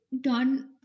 done